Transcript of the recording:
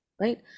right